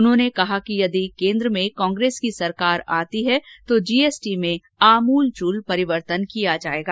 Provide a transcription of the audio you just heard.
उन्होंने कहा कि यदि केन्द्र में कांग्रेस की सरकार आती है तो जीएसटी में अमूलचूल परिवर्तन किया जाएगा